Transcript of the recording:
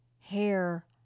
hair